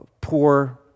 poor